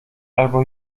albo